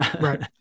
Right